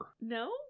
no